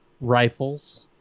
Rifles